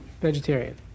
vegetarian